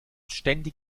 ständig